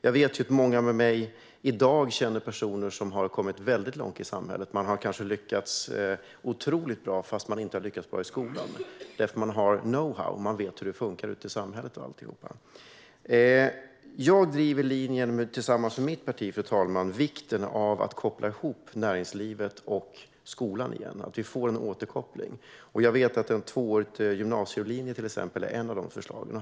Jag vet att många med mig känner personer som i dag har kommit väldigt långt i samhället, som kanske har lyckats otroligt bra, trots att de inte lyckades bra i skolan. Det är för att de har know-how - de vet hur det funkar ute i samhället. Jag driver tillsammans med mitt parti linjen att det är viktigt att koppla ihop näringslivet och skolan igen så att vi får återkoppling. Jag vet att en tvåårig gymnasieutbildning är ett förslag i den riktningen.